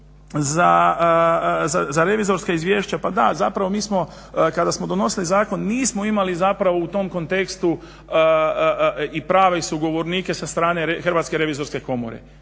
za revizorska izvješća, pa da zapravo mi smo kada smo donosili zakon nismo imali zapravo u tom kontekstu i prava i sugovornike sa strane Hrvatske revizorske komore.